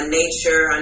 nature